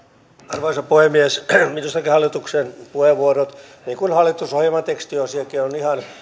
arvoisa puhemies minustakin hallituksen puheenvuorot niin kuin hallitusohjelman tekstiosiokin ovat ihan